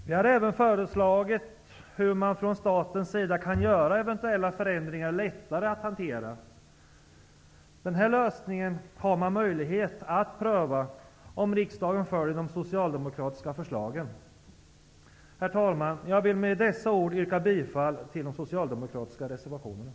Vi hade även ett förslag till hur man från statens sida kunde göra eventuella förändringar lättare att hantera. Den lösningen har man möjlighet att pröva om riksdagen följer de socialdemokratiska förslagen. Herr talman! Jag vill med dessa ord yrka bifall till de socialdemokratiska reservationerna.